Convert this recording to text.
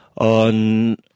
on